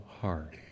heart